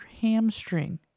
hamstring